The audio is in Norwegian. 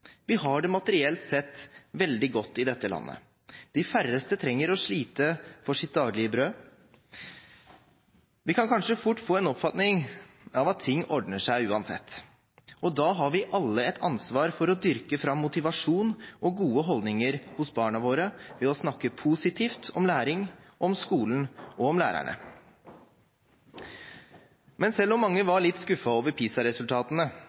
Vi har det materielt sett veldig godt i dette landet. De færreste trenger å slite for sitt daglige brød. Vi kan kanskje fort få en oppfatning av at ting ordner seg uansett. Da har vi alle et ansvar for å dyrke fram motivasjon og gode holdninger hos barna våre ved å snakke positivt om læring, skolen og lærerne. Men selv om mange var litt skuffet over